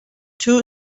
two